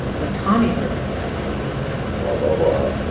what tommy heard them say was blah, blah, blah.